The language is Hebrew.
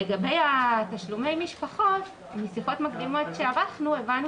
לגבי תשלומי משפחות משיחות מקדימות שערכנו הבנו